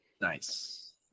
Nice